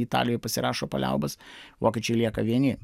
italijoj pasirašo paliaubas vokiečiai lieka vieni